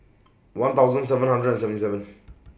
one thousand seven hundred and seventy seven